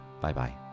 Bye-bye